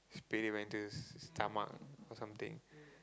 spirit enter stomach or something